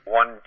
one